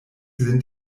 sind